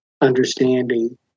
understanding